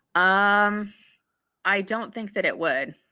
um i don't think that it would,